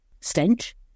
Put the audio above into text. stench